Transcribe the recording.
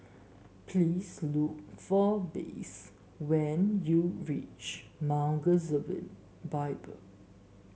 please look for Blaze when you reach Mount Gerizim Bible